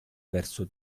verso